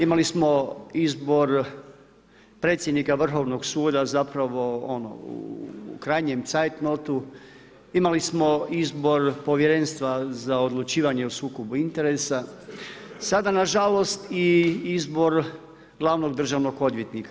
Imali smo izbor predsjednika Vrhovnog suda, zapravo ono, u krajnjem cajtnotu, imali smo izbor Povjerenstva za odlučivanje o sukobu interesa, sada nažalost i izbor glavnog državnog odvjetnika.